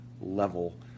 level